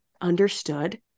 understood